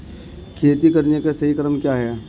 खेती करने का सही क्रम क्या है?